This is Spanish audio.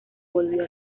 volvía